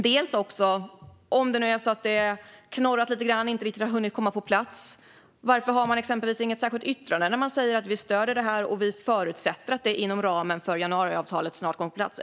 Den andra är: Om det nu är så att det har knorrat sig lite grann och inte riktigt har hunnit komma på plats, varför har man då inte exempelvis ett särskilt yttrande där man säger att man stöder detta och att man förutsätter att det inom ramen för januariavtalet snart kommer på plats?